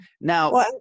Now-